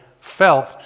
felt